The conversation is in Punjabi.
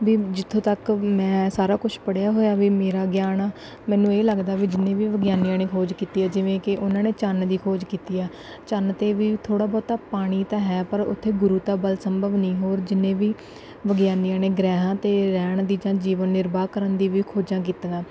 ਵੀ ਜਿੱਥੋਂ ਤੱਕ ਮੈਂ ਸਾਰਾ ਕੁਛ ਪੜ੍ਹਿਆ ਹੋਇਆ ਵੀ ਮੇਰਾ ਗਿਆਨ ਆ ਮੈਨੂੰ ਇਹ ਲੱਗਦਾ ਵੀ ਜਿੰਨੇ ਵੀ ਵਿਗਿਆਨੀਆਂ ਨੇ ਖੋਜ ਕੀਤੀ ਹੈ ਜਿਵੇਂ ਕਿ ਉਹਨਾਂ ਨੇ ਚੰਨ ਦੀ ਖੋਜ ਕੀਤੀ ਆ ਚੰਨ 'ਤੇ ਵੀ ਥੋੜ੍ਹਾ ਬਹੁਤਾ ਪਾਣੀ ਤਾਂ ਹੈ ਪਰ ਉੱਥੇ ਗੁਰੂਤਾ ਬਲ ਸੰਭਵ ਨਹੀਂ ਹੋਰ ਜਿੰਨੇ ਵੀ ਵਿਗਿਆਨੀਆਂ ਨੇ ਗ੍ਰਹਿਆਂ 'ਤੇ ਰਹਿਣ ਦੀ ਜਾਂ ਜੀਵਨ ਨਿਰਬਾਹ ਕਰਨ ਦੀ ਵੀ ਖੋਜਾਂ ਕੀਤੀਆਂ